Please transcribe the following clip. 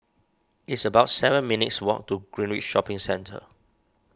it's about seven minutes' walk to Greenridge Shopping Centre